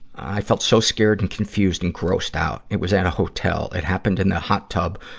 i felt so scared and confused and grossed out. it was at a hotel. it happened in the hot tub,